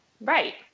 Right